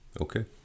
Okay